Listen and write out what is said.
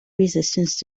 resistance